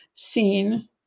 Seen